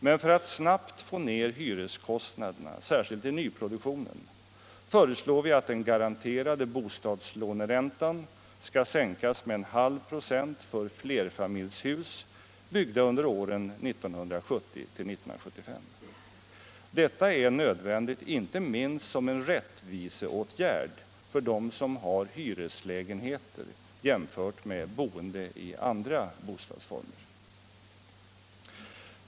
Men för att snabbt få ner hyreskostnaderna, särskilt i nyproduktionen, föreslår vi att den garanterade bostadslåneräntan skall sänkas med en halv procent för flerfamiljshus byggda under åren 1970-1975. Detta är nödvändigt inte minst som en rättviseåtgärd för dem som har hyreslägenheter, jämfört med boende i andra bostadsformer.